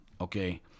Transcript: okay